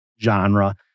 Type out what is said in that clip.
genre